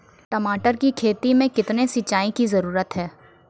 टमाटर की खेती मे कितने सिंचाई की जरूरत हैं?